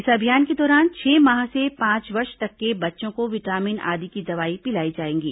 इस अभियान के दौरान छह माह से पांच वर्ष तक के बच्चों को विटामिन आदि की दवाएं पिलाई जाएंगी